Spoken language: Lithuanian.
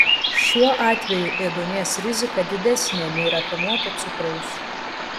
šiuo atveju ėduonies rizika didesnė nei rafinuoto cukraus